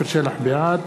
בעד